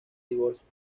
divorcio